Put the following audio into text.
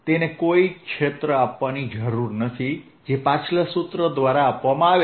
તેને કોઈ ક્ષેત્ર આપવાની જરૂર નથી જે પાછલા સૂત્ર દ્વારા આપવામાં આવે છે